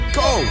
go